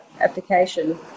application